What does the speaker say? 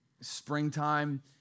springtime